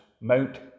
Mount